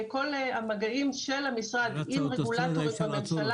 כל המגעים של המשרד עם רגולטורים בממשלה